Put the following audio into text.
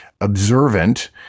observant